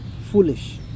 foolish